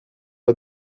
loi